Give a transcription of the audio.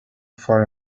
far